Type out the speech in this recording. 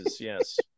yes